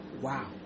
Wow